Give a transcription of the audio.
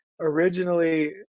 originally